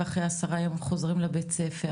ואחרי עשרה ימים הם חוזרים לבית הספר,